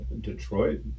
Detroit